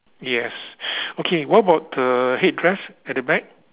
yes okay what about the headdress at the back